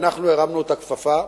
הרמנו את הכפפה,